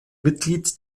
mitglied